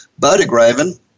Bodegraven